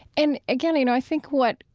and again, you know, i think what,